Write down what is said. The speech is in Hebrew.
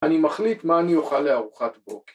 ‫אני מחליט מה אני אוכל לארוחת בוקר.